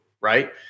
right